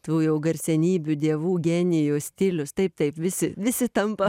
tų jau garsenybių dievų genijų stilius taip taip visi visi tampa